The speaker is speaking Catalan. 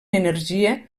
energia